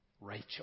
Rachel